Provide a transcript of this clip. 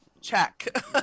check